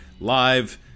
live